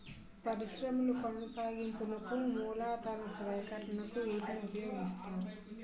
పరిశ్రమల కొనసాగింపునకు మూలతన సేకరణకు వీటిని ఉపయోగిస్తారు